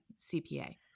CPA